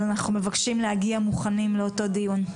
אז אנחנו מבקשים להגיע מוכנים לאותו דיון.